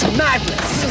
madness